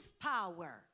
power